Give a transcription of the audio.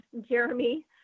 Jeremy